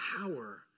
power